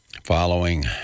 Following